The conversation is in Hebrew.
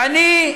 ואני,